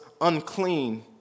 unclean